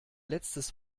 letztes